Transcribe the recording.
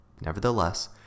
Nevertheless